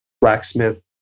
blacksmith